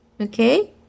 okay